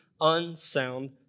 unsound